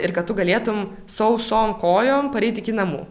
ir kad tu galėtum sausom kojom pareit iki namų